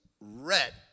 red